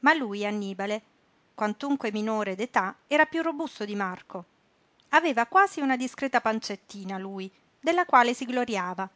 ma lui annibale quantunque minore d'età era piú robusto di marco aveva quasi una discreta pancettina lui della quale si gloriava